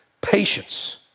patience